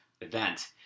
event